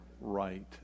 right